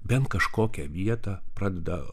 bent kažkokią vietą pradeda